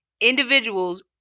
individuals